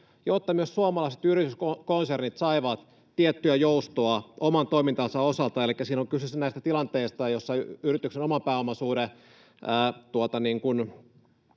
jotta myös suomalaiset yrityskonsernit saivat tiettyä joustoa oman toimintansa osalta. Elikkä siinä oli kyse siis näistä tilanteista, joissa yrityksen oman pääoman suhde